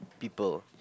people